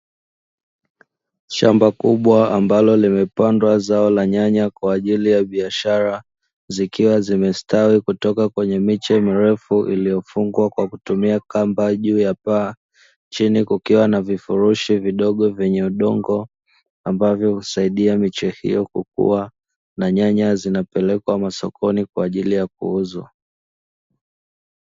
Shamba kubwa ambalo limepandwa zao la nyanya kwa ajili ya biashara zikiwa zimestawi kutoka kwenye miche mirefu iliyofungwa kwa kutumia kamba juu ya paa, chini kukiwa na vifurushi vidogo vyenye udongo ambavyo husaidia miche hiyo kukua na nyanya zinapelekwa masokoni kwa ajili ya kuuzwa.